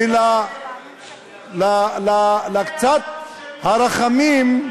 בני-אדם, ולקצת רחמים,